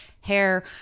hair